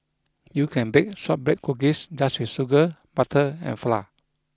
you can bake shortbread cookies just with sugar butter and flour